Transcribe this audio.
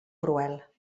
cruel